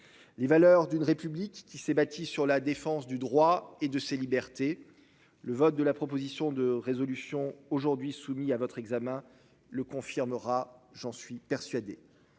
Les valeurs d'une République qui s'est bâti sur la défense du droit et de ses libertés. Le vote de la proposition de résolution aujourd'hui soumis à votre examen le confirmera, j'en suis persuadé.